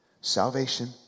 salvation